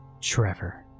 Trevor